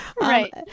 right